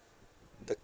the